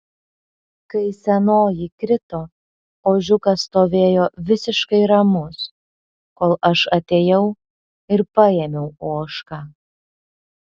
kai senoji krito ožiukas stovėjo visiškai ramus kol aš atėjau ir paėmiau ožką